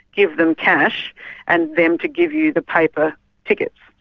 give them cash and them to give you the paper tickets.